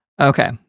Okay